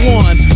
one